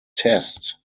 test